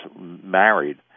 married